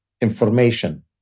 information